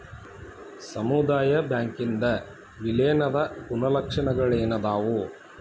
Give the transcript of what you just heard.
ಸಮುದಾಯ ಬ್ಯಾಂಕಿಂದ್ ವಿಲೇನದ್ ಗುಣಲಕ್ಷಣಗಳೇನದಾವು?